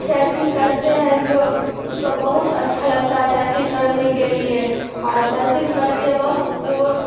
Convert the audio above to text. surfing کرتے ہیں تو اس کو بہت اچھا لگتا ہے سرفنگ کرنے کے لیے اور سرفنگ کرتے وقت جو